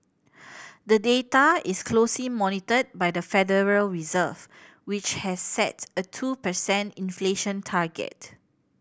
the data is closely monitored by the Federal Reserve which has set a two percent inflation target